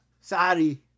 Sorry